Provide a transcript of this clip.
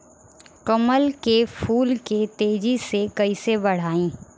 कमल के फूल के तेजी से कइसे बढ़ाई?